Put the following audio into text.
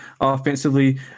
offensively